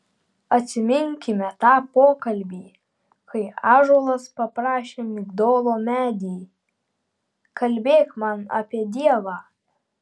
atsiminkime tą pokalbį kai ąžuolas paprašė migdolo medį kalbėk man apie dievą